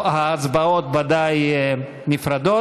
וההצבעות ודאי נפרדות.